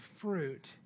fruit